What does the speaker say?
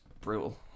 brutal